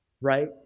right